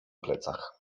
plecach